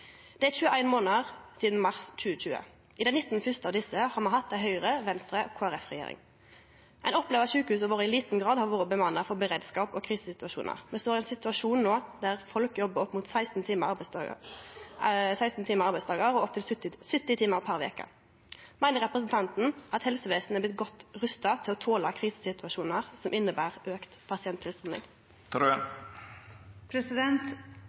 Det er 21 månader sidan mars 2020. I dei 19 fyrste av desse har me hatt ei regjering med Høgre, Venstre og Kristeleg Folkeparti. Ein opplever at sjukehusa i liten grad har vore bemanna for beredskap og krisesituasjonar. Me står no i en situasjon der folk jobbar opp mot 16 timar om dagen og 70 timar per veke. Meiner representanten at helsevesenet er blitt godt rusta til å tole krisesituasjonar som inneber